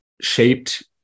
shaped